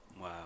Wow